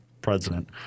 president